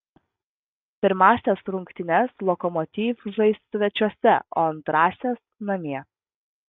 pirmąsias rungtynes lokomotiv žais svečiuose o antrąsias namie